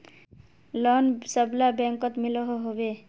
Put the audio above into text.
Loan सबला बैंकोत मिलोहो होबे?